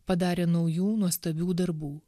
padarė naujų nuostabių darbų